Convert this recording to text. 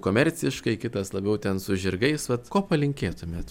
komerciškai kitas labiau ten su žirgais vat ko palinkėtumėt